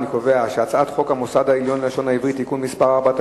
אני קובע שהצעת חוק המוסד העליון ללשון העברית (תיקון מס' 4),